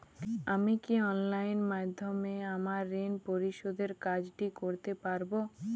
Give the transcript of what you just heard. আমি কি অনলাইন মাধ্যমে আমার ঋণ পরিশোধের কাজটি করতে পারব?